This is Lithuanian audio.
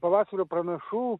pavasario pranašų